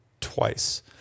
twice